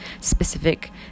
specific